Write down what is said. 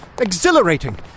Exhilarating